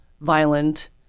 violent